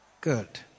Good